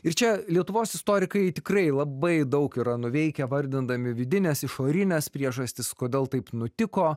ir čia lietuvos istorikai tikrai labai daug yra nuveikę vardindami vidines išorines priežastis kodėl taip nutiko